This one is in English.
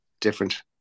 different